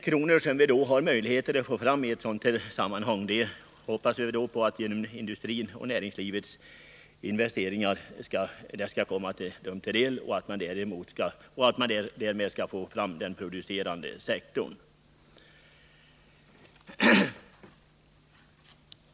De medel som vi har möjlighet att få i detta sammanhang hoppas vi skall främja investeringarna inom industrin och näringslivet i övrigt och därmed gagna den producerande sektorn.